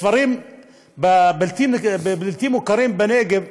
כפרים בלתי מוכרים בנגב,